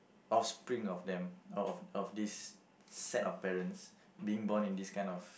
offspring of them of of this set of parents being born in this kind of